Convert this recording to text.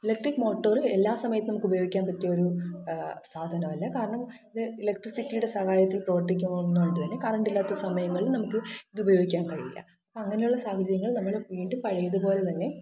electric motor എല്ലാ സമയത്തും നമുക്കുപയോഗിക്കാന് പറ്റിയൊരു സാധനമല്ല കാരണം ഇത് ഇലക്ട്രിസിറ്റിയുടെ സഹായത്തില് പ്രവര്ത്തിക്കുന്ന ഒന്നായതിനാല് കറണ്ടില്ലാത്ത സമയങ്ങളില് നമുക്കിതുപയോഗിക്കാന് കഴിയില്ല അങ്ങനെയുള്ള സാഹചര്യങ്ങളില് നമ്മൾ വീണ്ടും പഴയതുപോലെ തന്നെ